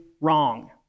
wrong